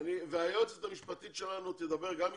והיועצת המשפטית שלנו תדבר גם איתכם,